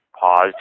paused